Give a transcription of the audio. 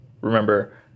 Remember